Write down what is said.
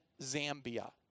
Zambia